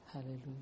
Hallelujah